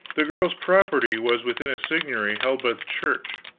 the girl's property was within a seigniory held by the church.